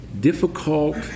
difficult